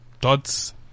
dots